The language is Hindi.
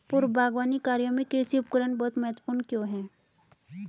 पूर्व बागवानी कार्यों में कृषि उपकरण बहुत महत्वपूर्ण क्यों है?